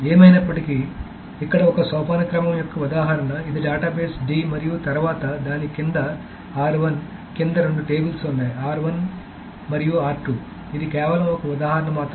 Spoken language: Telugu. ఏమైనప్పటికీ ఇక్కడ ఒక సోపానక్రమం యొక్క ఉదాహరణ ఇది డేటాబేస్ d మరియు తరువాత దాని కింద కింద రెండు టేబుల్స్ ఉన్నాయి మరియు ఇది కేవలం ఒక ఉదాహరణ మాత్రమే